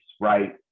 right